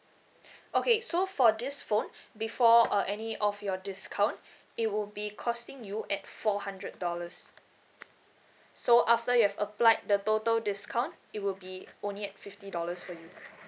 okay so for this phone before uh any of your discount it would be costing you at four hundred dollars so after you have applied the total discount it will be only at fifty dollars for you